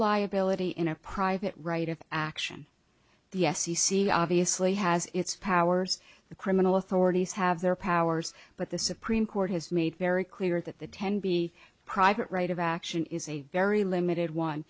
liability in a private right of action the f c c obviously has its powers the criminal authorities have their powers but the supreme court has made very clear that the ten be private right of action is a very limited one